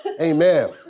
Amen